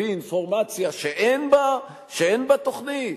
הביא אינפורמציה שאין בתוכנית?